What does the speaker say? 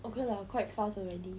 okay lah quite fast already